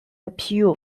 appeal